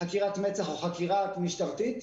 מצ"ח או חקירה משטרתית.